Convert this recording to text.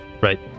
Right